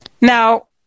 Now